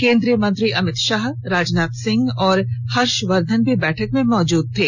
केंद्रीय मंत्री अमित शाह राजनाथ सिंह और हर्षवर्धन भी बैठक में मौजूद थे